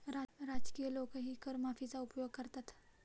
राजकीय लोकही कर माफीचा उपयोग करतात